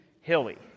hilly